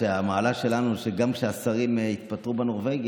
המעלה שלנו היא שגם כשהשרים התפטרו בנורבגי,